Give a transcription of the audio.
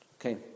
Okay